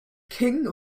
king